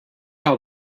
how